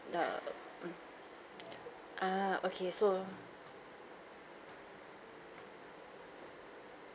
the err okay so